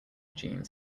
jeans